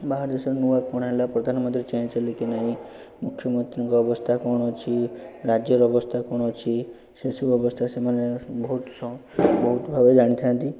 ବାହାର ଦେଶର ନୂଆ କ'ଣ ହେଲା ପ୍ରଧାନମନ୍ତ୍ରୀ ଚେଞ୍ଚ ହେଲେକି ନାହିଁ ମୁଖ୍ୟମନ୍ତ୍ରୀଙ୍କ ଅବସ୍ଥା କ'ଣ ଅଛି ରାଜ୍ୟର ଅବସ୍ଥା କ'ଣ ଅଛି ସେସବୁ ବ୍ୟବସ୍ଥା ସେମାନେ ବହୁତ ବହୁତ ଭଲ ଜାଣିଥାନ୍ତି